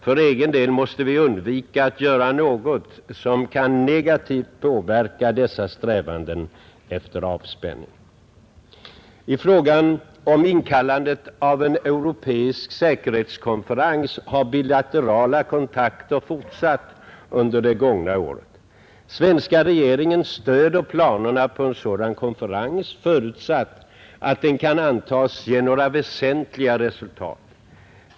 För egen del måste vi undvika att göra något som kan negativt påverka dessa strävanden efter avspänning. I frågan om inkallandet av en europeisk säkerhetskonferens har bilaterala kontakter fortsatt under det gångna året. Svenska regeringen stöder planerna på en sådan konferens, förutsatt att den kan antas ge några väsentliga resultat.